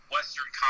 Western